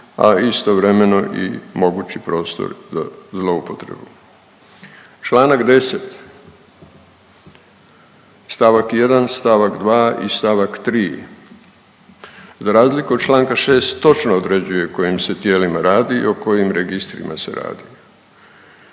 a istovremeno i mogući prostor za zloupotrebu. Čl. 10 st. 1, st. 2 i st. 3. Za razliku od čl. 6 točno određuje kojim se tijelima radi i o kojim registrima se radi,